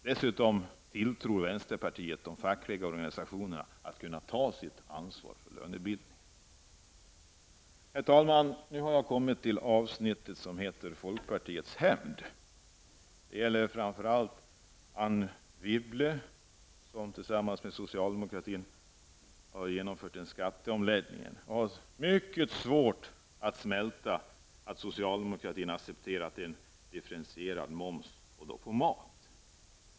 Dessutom tilltror vi vänsterpartiet de fackliga organisationerna förmågan att ta sitt ansvar för lönebildningen. Herr talman! Nu har jag kommit till avsnittet om folkpartiets hämnd. Framför allt gäller det Anne Wibble, som tillsammans med socialdemokratin har genomfört en skatteomläggning och som har mycket svårt att smälta att socialdemokraterna har accepterat en differentierad moms på maten.